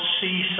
see